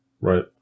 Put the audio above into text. Right